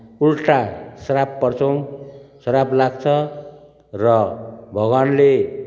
उल्टा श्राप पर्छौँ श्राप लाग्छ र भगवान्ले